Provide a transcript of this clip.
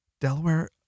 Delaware